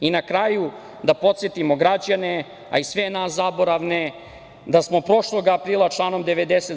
Na kraju, da podsetimo građane, a i sve nas zaboravne, da smo prošlog aprila članom 90.